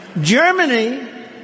Germany